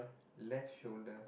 left shoulder